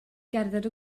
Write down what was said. gerdded